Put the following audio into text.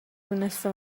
دونسته